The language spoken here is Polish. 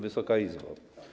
Wysoka Izbo!